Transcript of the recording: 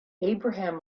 abraham